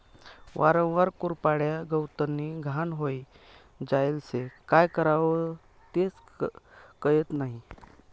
वावरमा कुरपाड्या, गवतनी घाण व्हयी जायेल शे, काय करवो तेच कयत नही?